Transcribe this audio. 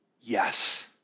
Yes